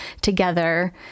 together